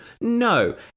no